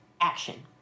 action